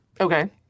okay